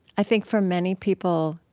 i think, for many people,